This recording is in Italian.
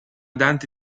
dante